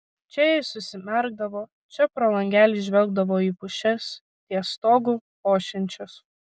čia jis užsimerkdavo čia pro langelį žvelgdavo į pušis ties stogu ošiančias